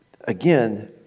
again